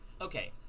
okay